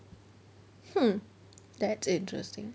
hmm that's interesting